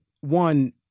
one